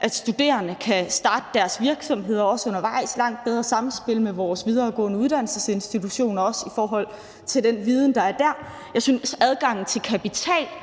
at studerende kan starte deres virksomheder, også undervejs, og at der er et langt bedre samspil med vores videregående uddannelsesinstitutioner i forhold til den viden, der er der. Jeg synes, at adgangen til kapital